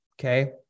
okay